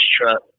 truck